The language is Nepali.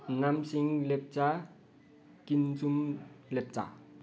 नामसिंह लेप्चा किन्सुम लेप्चा